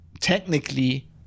technically